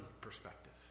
perspective